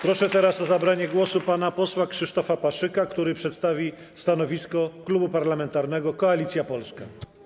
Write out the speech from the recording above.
Proszę o zabranie głosu pana posła Krzysztofa Paszyka, który przedstawi stanowisko Klubu Parlamentarnego Koalicja Polska.